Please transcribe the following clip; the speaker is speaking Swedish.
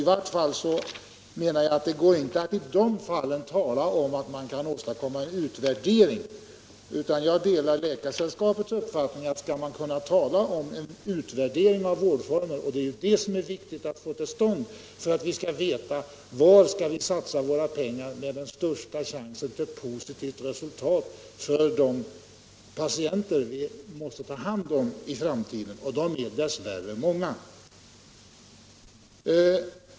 I varje fall anser jag inte att man kan göra någon utvärdering med utgångspunkt i den vården. Jag delar Läkaresällskapets uppfattning när det gäller frågan om utvärdering. Det viktiga är att vi får till stånd en utvärdering, som visar var vi skall satsa våra pengar för att få det mest positiva resultatet för de patienter som vi i framtiden måste ta hand om. Dessa är tyvärr många.